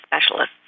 Specialists